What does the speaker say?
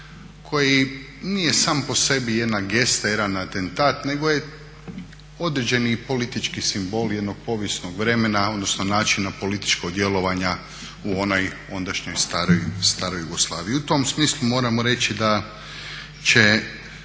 koji nije sam po sebi jedna gesta, jedan atentat nego i određeni politički simbol jednog povijesnog vremena, odnosno načina političkog djelovanja u onoj ondašnjoj staroj Jugoslaviji. I u tom smislu moramo reći da će